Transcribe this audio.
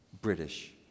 british